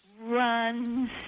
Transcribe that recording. runs